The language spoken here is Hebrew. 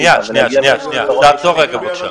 שנייה, תעצור רגע, בבקשה.